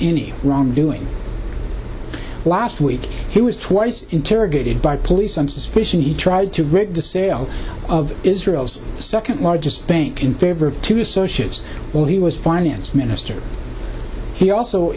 any wrongdoing last week he was twice interrogated by police on suspicion he tried to break the sale of israel's second largest bank in favor of two associates well he was finance minister he also